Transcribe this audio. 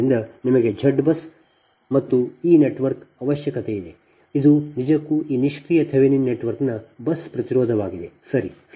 ಆದ್ದರಿಂದ ನಿಮಗೆ Z BUS ಮತ್ತು ಈ ನೆಟ್ವರ್ಕ್ ಅಗತ್ಯವಿದೆ ಇದು ನಿಜಕ್ಕೂ ಈ ನಿಷ್ಕ್ರಿಯ ಥೆವೆನಿನ್ ನೆಟ್ವರ್ಕ್ನ ಬಸ್ ಪ್ರತಿರೋಧವಾಗಿದೆ ಸರಿ